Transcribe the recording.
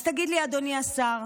אז תגיד לי, אדוני השר,